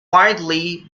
widely